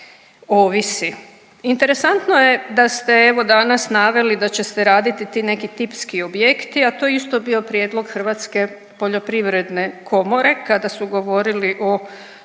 Interesantno je da ste evo danas naveli da će se raditi ti neki tipski objekti, a to je isto bio prijedlog Hrvatske poljoprivredne komore kada su govorili o